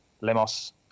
Lemos